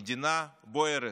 המדינה בוערת.